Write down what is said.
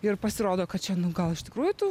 ir pasirodo kad čia nu gal iš tikrųjų tų